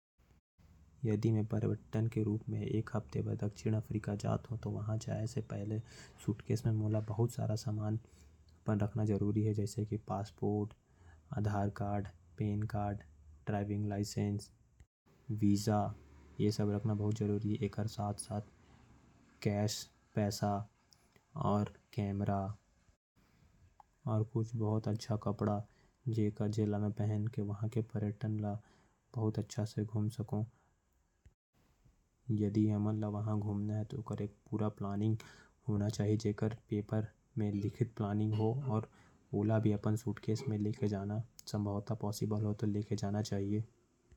यदि मैं पर्यटन के रूप में एक हफ्ता बर दक्षिण अफ्रीका जात हो तो। पहले सूट केश में बहुत सारा समान रखना जरूरी है। सूटकेश में passport visa licence Aadhaar card. पैसा कैश के रूप में रखना बहुत जरूरी है। कैमरा मोबाइल फोन भी रखना बहुत जारी है। प्लेन के टिकट और जहां रुकना है वहां के पूरा जानकारी होना जरूरी है। और बढ़िया घूमे के जगह के जानकारी होना भी बहुत जरूरी है।